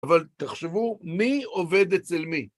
אבל תחשבו מי עובד אצל מי.